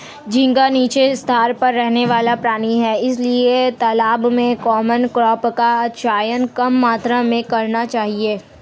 झींगा नीचले स्तर पर रहने वाला प्राणी है इसलिए तालाब में कॉमन क्रॉप का चयन कम मात्रा में करना चाहिए